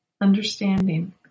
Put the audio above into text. understanding